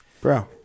Bro